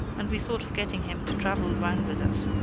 and we thought of getting him to travel round with us.